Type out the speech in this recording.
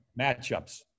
Matchups